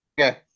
Okay